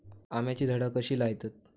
आम्याची झाडा कशी लयतत?